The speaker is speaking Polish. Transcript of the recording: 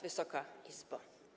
Wysoka Izbo!